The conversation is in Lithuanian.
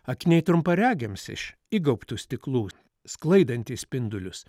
akiniai trumparegiams iš įgaubtų stiklų sklaidantys spindulius